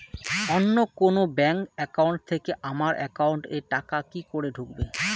অন্য কোনো bank account থেকে আমার একাউন্ট এ টাকা কি করে ঢুকবে?